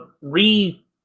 re